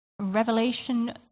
Revelation